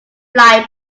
flying